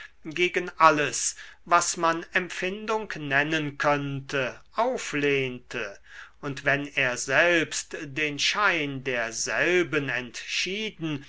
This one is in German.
gegen alles was man empfindung nennen könnte auflehnte und wenn er selbst den schein derselben entschieden